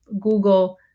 Google